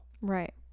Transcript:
Right